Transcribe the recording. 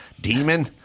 demon